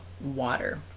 water